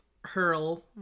Hurl